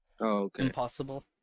impossible